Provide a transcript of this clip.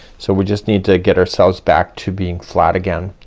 so we just need to get ourselves back to being flat again.